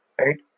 right